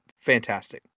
Fantastic